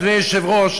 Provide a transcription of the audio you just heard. אדוני היושב-ראש,